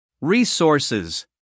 Resources